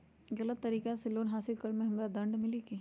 गलत तरीका से लोन हासिल कर्म मे हमरा दंड मिली कि?